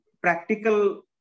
practical